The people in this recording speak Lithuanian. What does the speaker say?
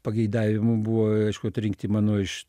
pageidavimu buvo aišku atrinkti mano iš